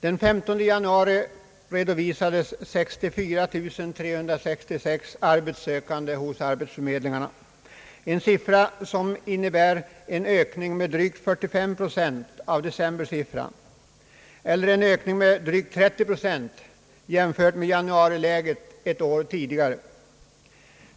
Den 15 januari redovisades 64 366 arbetssökande på arbetsförmedlingarna — en siffra som innebär en ökning med drygt 45 procent i jämförelse med decembersiffran eller en ökning med drygt 30 procent jämfört med motsvarande siffra i januari ett år tidigare.